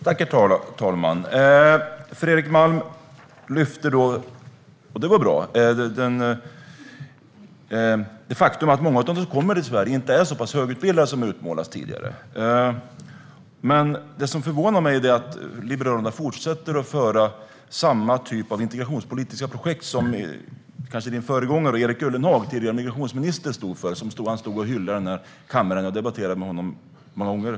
Herr talman! Det är bra att Fredrik Malm lyfter fram det faktum att många av dem som kommer till Sverige inte är så pass högutbildade som det utmålats tidigare. Det som förvånar mig är att Liberalerna fortsätter att föra samma typ av integrationspolitiska projekt som den tidigare integrationsministern Erik Ullenhag stod för och som han hyllade här i kammaren. Jag debatterade just det ämnet med honom många gånger.